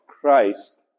Christ